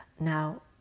Now